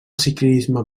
ciclisme